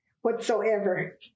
whatsoever